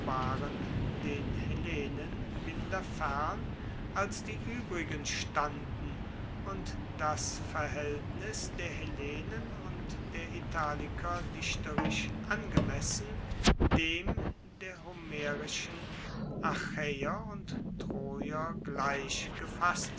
den hellenen minder fern als die uebrigen standen und das verhaeltnis der hellenen und der italiker dichterisch angemessen dem der homerischen achaeer und troer gleich gefasst